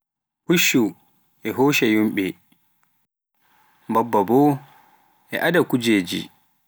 Fushshu e hoshaa yimɓe, wamde e ada kujejii.